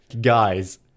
guys